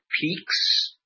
peaks